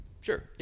Sure